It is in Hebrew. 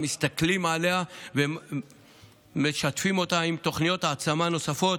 מסתכלים עליה ומשתפים אותה בתוכניות העצמה נוספות.